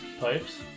pipes